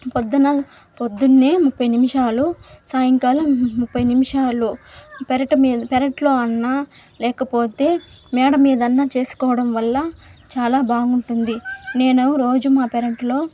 పొద్దున పొద్దున్నే ముప్పై నిమిషాలు సాయంకాలం ముప్పై నిమిషాలు పెరటి మీద పెరట్లో అయినా లేకపోతే మేడ మీదైనా చేసుకోవడం వల్ల చాలా బాగుంటుంది నేను రోజు మా పెరట్లో